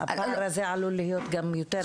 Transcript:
זה עלול להיות גם יותר גבוה עכשיו.